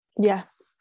Yes